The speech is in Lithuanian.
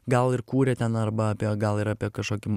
gal ir kūrė ten arba apie gal ir apie kažkokį